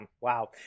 wow